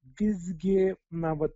visgi na vat